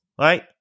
right